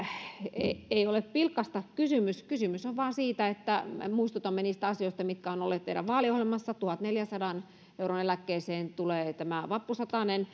ei ei ole pilkasta kysymys kysymys on vain siitä että muistutamme niistä asioista mitkä ovat olleet teidän vaaliohjelmassanne eli siitä että tuhannenneljänsadan euron eläkkeeseen tulee tämä vappusatanen